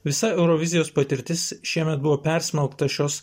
visa eurovizijos patirtis šiemet buvo persmelkta šios